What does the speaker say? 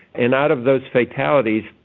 and out of those fatalities,